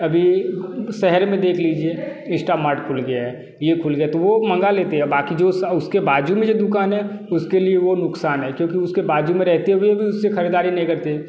अभी शहर में देख लीजिए इंस्टामार्ट खुल गया है ये खूल गया है तो वो मंगा लेते हैं बाक़ी जो उसके बाज़ू में जो दुकान है उसके लिए वो नुक़सान है क्योंकि उसके बाज़ू में रहते हुए भी उससे ख़रीदारी नहीं करते